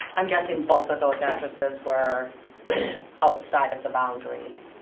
i'm guessing both of those addresses were outside of the boundaries.